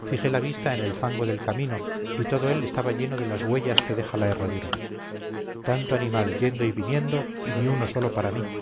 fijé la vista en el fango del camino y todo él estaba lleno de las huellas que deja la herradura tanto animal yendo y viniendo y ni uno solo para mí